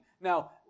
Now